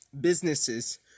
businesses